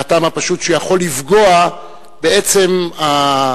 מהטעם הפשוט שהוא יכול לפגוע בעצם הדיונים